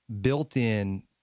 built-in